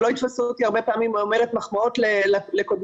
ולא יתפסו אותי הרבה פעמים אומרת מחמאות לקודמי